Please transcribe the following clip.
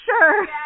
sure